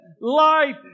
life